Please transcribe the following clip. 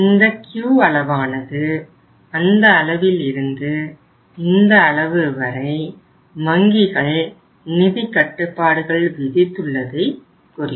இந்த Q அளவானது அந்த அளவில் இருந்து இந்த அளவு வரை வங்கிகள் நிதி கட்டுப்பாடுகள் விதித்துள்ளதை குறிக்கும்